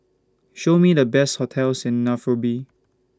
Show Me The Best hotels in Nairobi